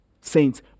saints